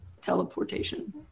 Teleportation